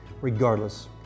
Regardless